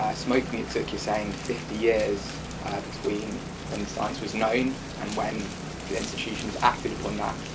ah smoking it took, you're saying, fifty years between when the science was known and when the institutions acted upon that.